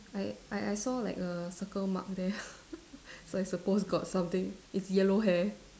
I I I saw like a circle mark there so I supposed got something it's yellow hair